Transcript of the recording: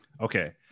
Okay